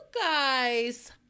guys